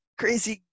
crazy